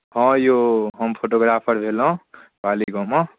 हँ यौ हम फोटोग्राफर भेलहुँ पाली गाममे